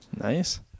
Nice